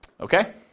Okay